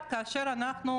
אז אנחנו, כמו שאמרתי,